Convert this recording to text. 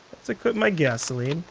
let's equip my gasoline.